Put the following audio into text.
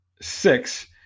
six